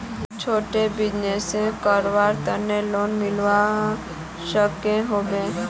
छोटो बिजनेस करवार केते लोन मिलवा सकोहो होबे?